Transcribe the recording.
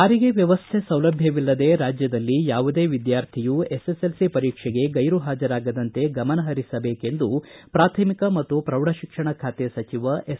ಸಾರಿಗೆ ವ್ಯವಸ್ಥೆ ಸೌಲಭ್ಯವಿಲ್ಲದೇ ರಾಜ್ಯದಲ್ಲಿ ಯಾವುದೇ ವಿದ್ಯಾರ್ಥಿಯೂ ಎಸ್ಎಸ್ಎಲ್ಸಿ ಪರೀಕ್ಷೆಗೆ ಗೈರುಹಾಜರಾಗದಂತೆ ಗಮನಹರಿಸಬೇಕೆಂದು ಪ್ರಾಥಮಿಕ ಮತ್ತು ಪ್ರೌಢಶಿಕ್ಷಣ ಸಚಿವ ಎಸ್